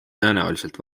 tõenäoliselt